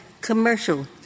commercial